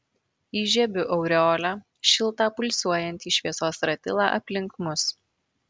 įžiebiu aureolę šiltą pulsuojantį šviesos ratilą aplink mus